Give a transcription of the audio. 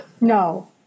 No